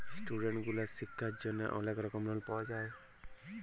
student গুলার শিক্ষার জন্হে অলেক রকম লন পাওয়া যায়